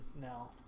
now